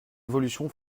évolution